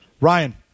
Ryan